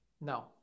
No